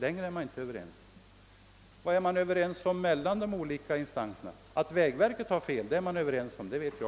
Längre är man inte överens. Vad är man för Övrigt ense om i de olika instanserna?